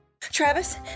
Travis